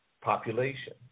population